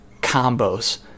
combos